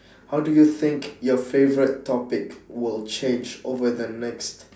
how do you think your favorite topic will change over the next